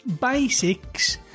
basics